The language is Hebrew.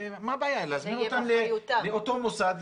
יזמינו אותם לאותו מוסד,